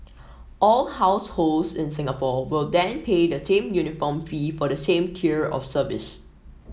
all households in Singapore will then pay the same uniform fee for the same tier of service